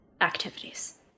activities